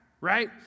right